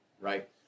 right